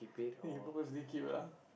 then you purposely keep lah